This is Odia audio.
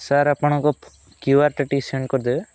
ସାର୍ ଆପଣଙ୍କ ଫ କ୍ୟୁଆରଟା ଟିକେ ସେଣ୍ଡ କରିଦେବେ